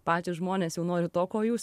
patys žmonės jau nori to ko jūs